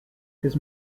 his